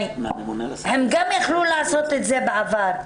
הם גם יכלו לעשות את זה בעבר.